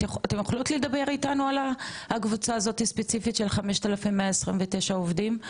אתן יכולות לדבר איתנו על הקבוצה הזאת ספציפית של 5,129 עובדים?